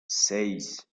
seis